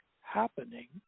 happening